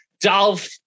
Dolph